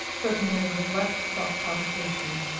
certainly with less self-provocation,